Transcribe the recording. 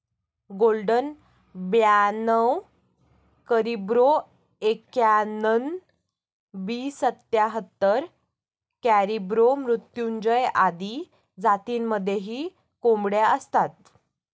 golden ब्याणव करिब्रो एक्याण्णण, B सत्याहत्तर, कॅरिब्रो मृत्युंजय आदी जातींमध्येही कोंबड्या असतात